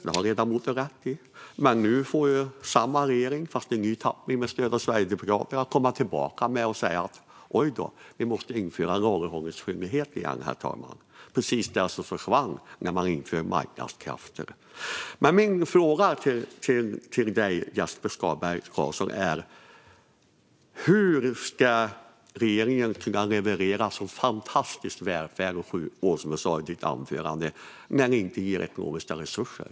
Det har ledamoten rätt i, men nu får ju en ny tappning av samma regering med stöd av Sverigedemokraterna komma tillbaka och säga: Oj då, vi måste införa lagerhållningsskyldighet igen! Det var precis detta som försvann när man införde marknadskrafter. Min fråga till Jesper Skalberg Karlsson är: Hur ska regeringen kunna leverera sådan fantastisk välfärd och sjukvård som du sa i ditt anförande när ni inte ger ekonomiska resurser?